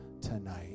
tonight